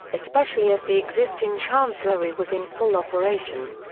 especially as the existing chancellery was in full operation.